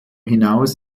hinaus